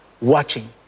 watching